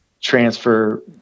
transfer